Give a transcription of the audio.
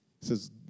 says